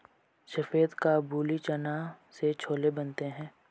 सफेद काबुली चना से छोले बनते हैं